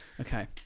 Okay